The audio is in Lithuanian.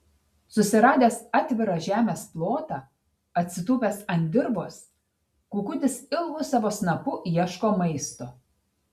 susiradęs atvirą žemės plotą atsitūpęs ant dirvos kukutis ilgu savo snapu ieško maisto